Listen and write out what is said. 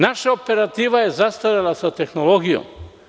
Naša operativa je zastarela sa tehnologijom.